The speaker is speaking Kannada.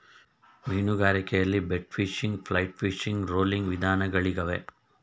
ಮೀನುಗಾರಿಕೆಯಲ್ಲಿ bait fishing, flight fishing, rolling ವಿಧಾನಗಳಿಗವೆ